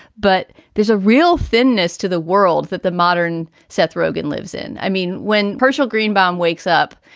but there's a real thinness to the world that the modern seth rogan lives in. i mean, when personal greenbaum wakes up,